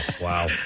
wow